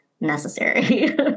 necessary